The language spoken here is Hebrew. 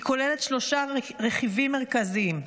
היא כוללת שלושה רכיבים מרכזיים.